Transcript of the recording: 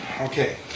Okay